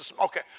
Okay